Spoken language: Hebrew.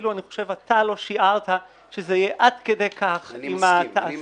אני חושב שאפילו אתה לא שיערת שזה יהיה עד כדי כך עם התעשייה.